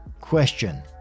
Question